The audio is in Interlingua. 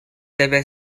debe